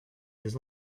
his